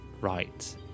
right